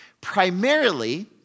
Primarily